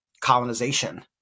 colonization